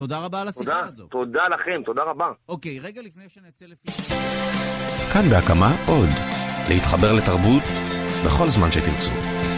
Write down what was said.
תודה רבה על הסיפור הזה. תודה לכם, תודה רבה.